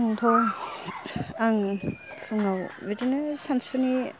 आंथ' आं फुङाव बिदिनो सानसुनि